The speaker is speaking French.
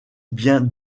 bien